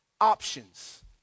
options